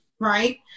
right